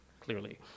clearly